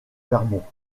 vermont